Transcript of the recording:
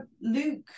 Luke